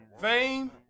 Fame